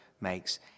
makes